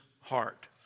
heart